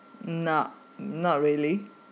not not really